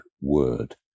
word